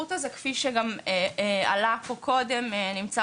והשירות הזה כפי שגם עלה פה קודם נמצא